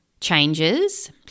changes